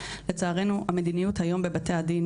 לצערנו המדיניות היום בבתי הדין,